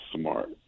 smart